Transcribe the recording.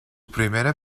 primera